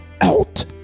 out